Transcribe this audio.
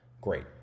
Great